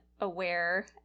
aware